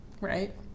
right